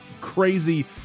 crazy